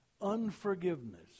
Unforgiveness